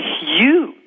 huge